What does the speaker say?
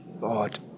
God